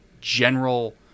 general